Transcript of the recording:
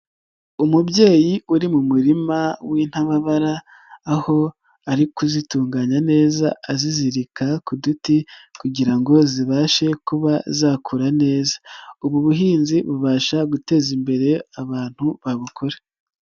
Umubyeyi uri mu murima w'intababara aho ari kuzitunganya neza azizirika ku duti kugira ngo zibashe kuba zakura neza. Ubu buhinzi bubasha guteza imbere abantu babukora.